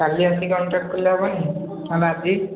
କାଲି ଆସିକି କାଉଣ୍ଟର୍ ଖୋଲିଲେ ହେବନି ନହେଲେ ଆଜି